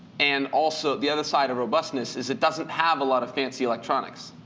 and also the other side of robustness is it doesn't have a lot of fancy electronics.